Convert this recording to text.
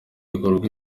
ibikorwa